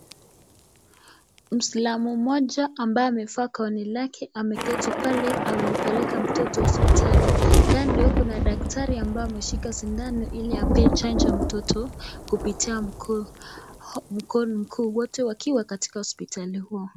Muislamu mmoja ambaye amevaa gauni lake ameketi pale alipeleka mtoto hosipitali. Kando kuna daktari ambaye ameshika sindano ili apee chanjo mtoto kupitia mguu wote wakiwa katika hosipitali huo.